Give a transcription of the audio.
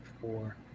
four